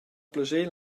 plascher